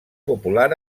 popular